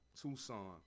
Tucson